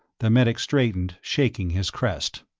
the medic straightened, shaking his crest.